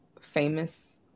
famous